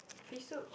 fish soup